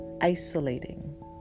Isolating